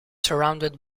surrounded